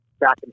back